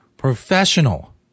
Professional